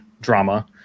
drama